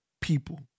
people